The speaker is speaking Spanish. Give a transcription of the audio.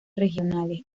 regionales